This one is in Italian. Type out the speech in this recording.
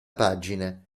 pagine